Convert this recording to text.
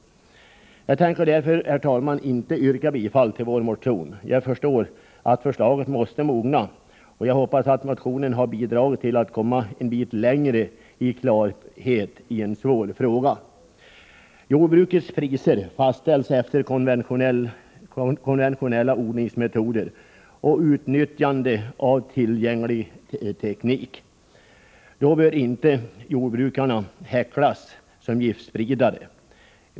Herr talman! Jag tänker därför inte yrka bifall till vår motion. Jag förstår att förslaget måste mogna, och jag hoppas att motionen har bidragit till möjligheterna att komma en bit längre för att nå klarhet i en svår fråga. Jordbrukets priser fastställs efter konventionella odlingsmetoder och med utnyttjande av tillgänglig teknik. Då bör inte jordbrukarna häcklas som giftspridare.